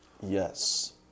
Yes